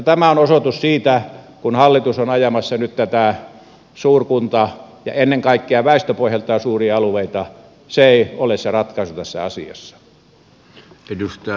tämä on osoitus siitä kun hallitus on ajamassa nyt näitä suurkuntia ja ennen kaikkea väestöpohjaltaan suuria alueita että se ei ole se ratkaisu tässä asiassa